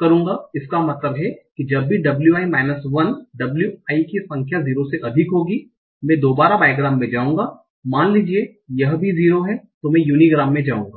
कर दूंगा इसका मतलब है कि जब भी w i minus 1 w i की संख्या 0 से अधिक होगी मैं दोबारा बाइग्राम में जाऊंगा मान लीजिए कि यह भी 0 है तो मैं यूनीग्राम जाऊंगा